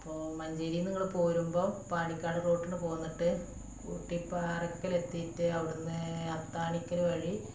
അപ്പോള് മഞ്ചേരീന്ന് നിങ്ങള് പോരുമ്പോള് പാണ്ടിക്കാടുറോട്ടിന് പോന്നിട്ട് കുട്ടപ്പാറക്കലെത്തിയിട്ട് അവിടുന്ന് അത്താണിക്കല് വഴി